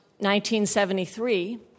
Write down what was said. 1973